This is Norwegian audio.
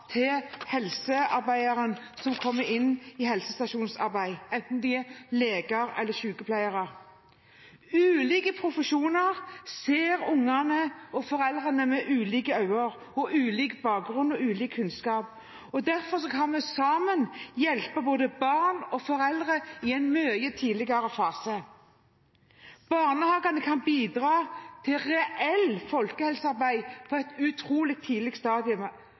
den helsearbeideren som kommer inn i helsestasjonsarbeidet, enten det er leger eller sykepleiere. Ulike profesjoner ser ungene og foreldrene med ulike øyne; de har ulik bakgrunn og ulik kunnskap. På den måten kan vi sammen hjelpe både barn og foreldre i en mye tidligere fase. Barnehagene kan bidra til reelt folkehelsearbeid på et tidlig stadium.